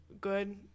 good